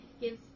gives